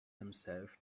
himself